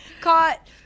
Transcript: Caught